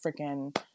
freaking